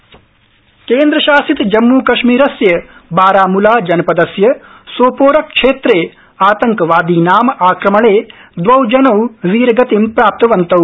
जम्म कश्मीर आक्रमणम केन्द्रशासित जम्म् कश्मीरस्य बारामुला जनपदस्य सोपोरक्षेत्रे आतंकवादीनाम आक्रमणे दवौ जनौ वीरगतिं प्राप्तवन्तौ